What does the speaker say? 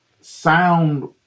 sound